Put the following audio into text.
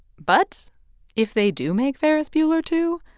but if they do make ferris bueller two,